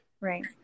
right